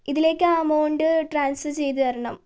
ഇതിലേക്ക് ആ amount transfer ചെയ്തു തരണം